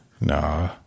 Nah